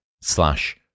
slash